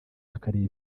bakareba